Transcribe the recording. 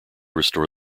restore